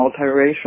multiracial